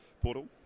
portal